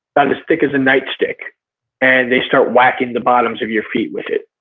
about as thick as a nightstick and they start whacking the bottoms of your feet with it.